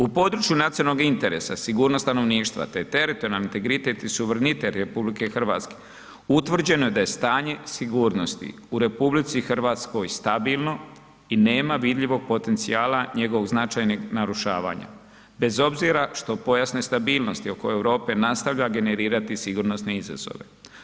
U području nacionalnog interesa sigurnost stanovništva, te teritorijalni integritet i suverenitet RH, utvrđeno je da je stanje sigurnosti u RH stabilno i nema vidljivog potencijala njegovog značajnog narušavanja, bez obzira što pojas nestabilnosti oko Europe nastavlja generirati sigurnosne izazove.